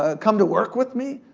ah come to work with me?